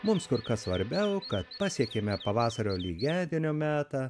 mums kur kas svarbiau kad pasiekėme pavasario lygiadienio metą